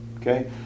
okay